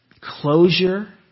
closure